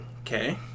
Okay